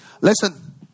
Listen